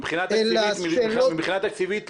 מבחינה תקציבית,